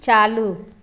चालू